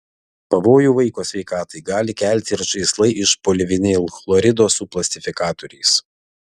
pavojų vaiko sveikatai gali kelti ir žaislai iš polivinilchlorido su plastifikatoriais